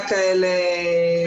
כאלה שמגדירים עובדי ציבור בצורה אחרת.